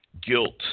guilt